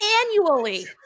annually